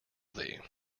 thee